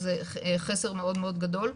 זה חסר מאוד גדול.